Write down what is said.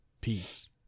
Peace